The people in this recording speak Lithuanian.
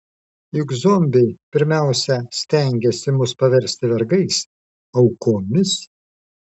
juk zombiai pirmiausia stengiasi mus paversti vergais aukomis